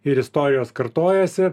ir istorijos kartojasi